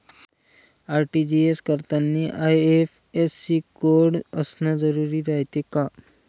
RTGS करतांनी IFSC code असन जरुरी रायते का?